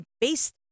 based